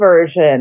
version